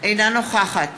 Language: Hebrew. אינה נוכחת